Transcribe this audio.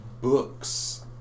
books